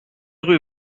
rue